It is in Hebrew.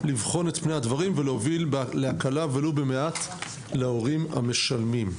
לבחון את פני הדברים ולהוביל להקלה ולו במעט להורים המשלמים.